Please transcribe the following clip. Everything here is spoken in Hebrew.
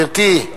גברתי,